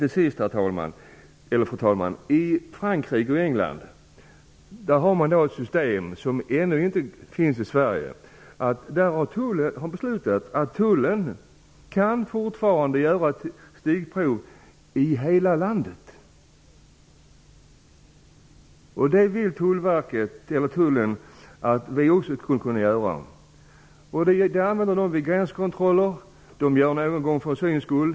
Till sist vill jag säga att det i Frankrike och England finns ett system som ännu inte finns i Sverige. Där har man beslutat att tullen fortfarande skall kunna göra stickprov i hela landet - det vill den svenska tullen också kunna göra. Stickprov görs vid gränskontroller. Någon gång görs de för syns skull.